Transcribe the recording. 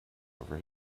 over